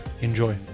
Enjoy